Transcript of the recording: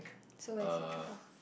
so as a truth of